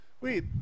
Wait